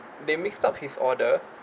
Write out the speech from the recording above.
they mixed up his order